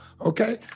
Okay